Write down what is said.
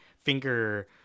finger